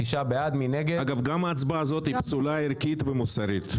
אגב, גם ההצבעה הזאת פסולה ערכית ומוסרית.